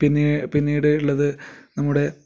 പിന്നെ പിന്നീട് ഉള്ളത് നമ്മുടെ